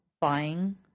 buying